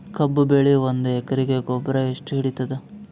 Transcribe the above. ಕಬ್ಬು ಬೆಳಿ ಒಂದ್ ಎಕರಿಗಿ ಗೊಬ್ಬರ ಎಷ್ಟು ಹಿಡೀತದ?